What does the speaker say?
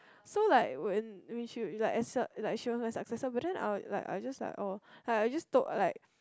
so like when like as a she was my successor but then I'll like I will just like orh I just told like